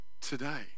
today